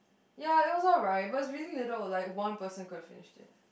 ya it was alright but it's really little like one person could finished it